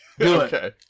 Okay